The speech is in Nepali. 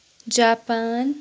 जापान